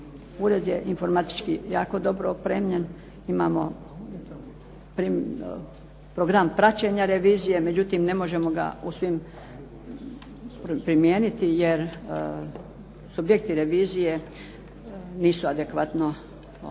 Ured je informatički jako dobro opremljen. Imamo program praćenja revizije, međutim ne možemo ga u svim primijeniti, jer subjekti revizije nisu adekvatno opremljeni